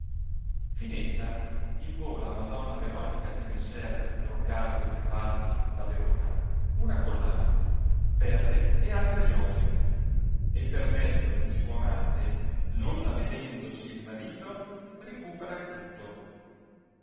flnetta invola a madonna veronica di messer brocardo di cavalli da verona una collana perle e altre gioie e per mezzo d'un suo amante non avedendosi il marito ricupera il tutto